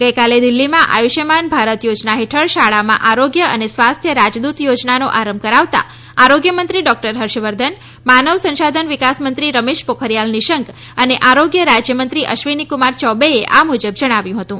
ગઈકાલે દિલ્ફીમાં આયુષ્યમાન ભારત યોજના હેઠળ શાળામાં આરોગ્ય અને સ્વાસ્થ્ય રાજદૂત યોજનાનો આરંભ કરાવતા આરોગ્યમંત્રી ડોક્ટર હર્ષવર્ધન માનવ સંશાધન વિકાસ મંત્રી રમેશ પોખરીયાલ નિશંક અને આરોગ્ય રાજ્યમંત્રી અશ્વિનીકુમાર ચૌબેએ આ મુજબ જણાવ્યું હતું